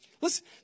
Listen